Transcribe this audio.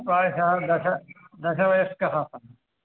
प्रायशः दश दशवयस्कः सः